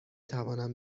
توانم